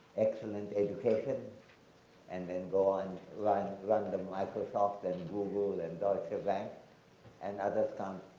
excellent education and then go on like run the microsoft and google and deutsche bank and others can't